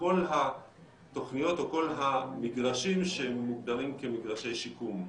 כל התוכניות או כל המגרשים שמוגדרים כמגרשי שיקום.